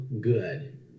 good